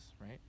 right